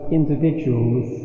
individuals